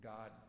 God